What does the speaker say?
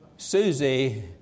Susie